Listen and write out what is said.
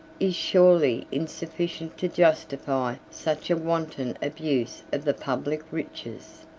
is surely insufficient to justify such a wanton abuse of the public riches.